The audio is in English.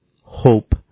hope